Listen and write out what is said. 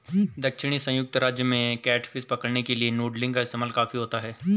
दक्षिणी संयुक्त राज्य में कैटफिश पकड़ने के लिए नूडलिंग का इस्तेमाल काफी होता है